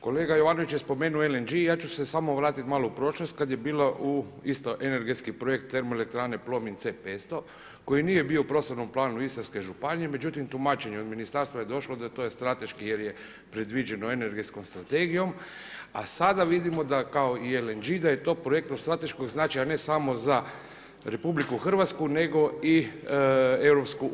Kolega Jovanović je spomenuo LNG, ja ću se samo vratiti malo u prošlost kad je bio isto energetski projekt TE Plomin C-500 koji nije bio u prostornom planu Istarske županije, međutim tumačenje od ministarstva je došlo da to je strateški jer je predviđen energetskom strategijom, a sada vidimo da kao i LNG da je to projekt od strateškog značaja ne samo za RH nego i EU.